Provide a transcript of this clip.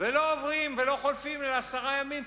ולא עוברים ולא חולפים להם עשרה ימים,